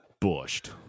bushed